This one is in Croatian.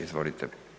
Izvolite.